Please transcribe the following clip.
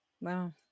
Wow